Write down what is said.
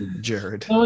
Jared